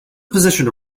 positioned